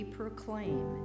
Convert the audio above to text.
proclaim